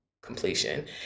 completion